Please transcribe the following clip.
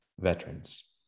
veterans